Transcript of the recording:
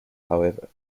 however